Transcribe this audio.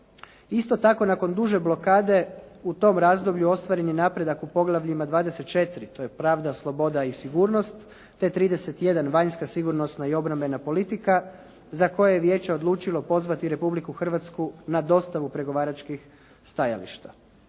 Isto tako nakon duže blokade u tom razdoblju ostvaren je napredak u poglavljima 24. To je pravda, sloboda i sigurnost te 31: vanjska, sigurnosna i obrambena politika za koje je vijeće odlučilo pozvati Republiku Hrvatsku na dostavu pregovaračkih stajališta.